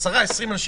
בני הנוער